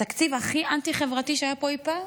התקציב הכי אנטי-חברתי שהיה פה אי פעם?